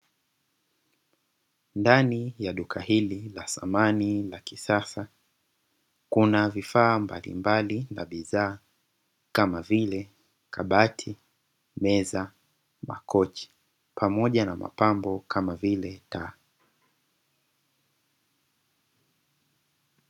Ndani ya duka hili la samani la kisasa, kuna vifaa mbalimbali na bidhaa kama vile kabati, meza, makochi pamoja na mapambo kama vile taa.